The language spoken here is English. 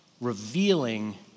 Revealing